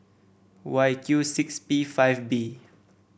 Y Q six P five B